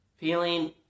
feeling